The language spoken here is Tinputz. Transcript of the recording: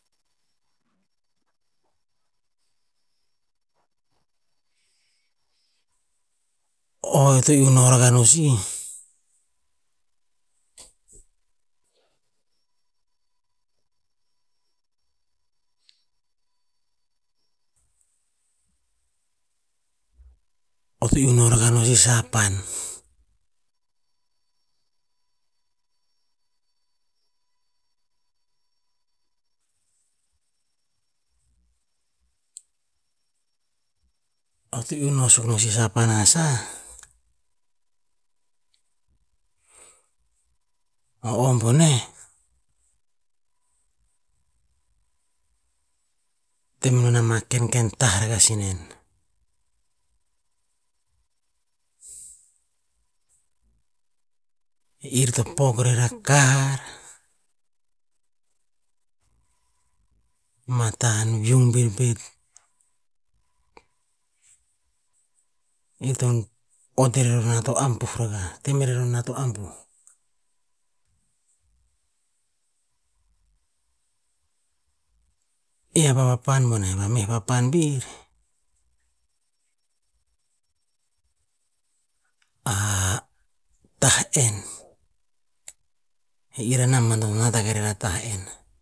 o eo to iuh no rakah no sih eo to iu no rakah no si sapan. Eo to iu no suk ono sih sapan a sa, a om boneh, temenon ama kenken tah rara si nen. E ir to pok rer a kar, ma tah viungviung pet, iton ot rer o nat o ambuh rakah, temeror o nat o ambuh. Iah papan boneh, a meh papan vir, a tah enn, ir a namban to nat rer a tah enn,